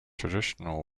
traditional